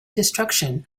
destruction